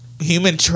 Human